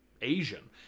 Asian